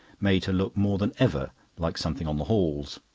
made her look more than ever like something on the halls.